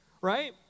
right